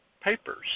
papers